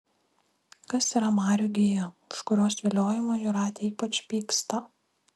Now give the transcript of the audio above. kas yra marių gija už kurios viliojimą jūratė ypač pyksta